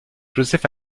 joseph